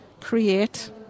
create